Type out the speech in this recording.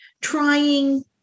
trying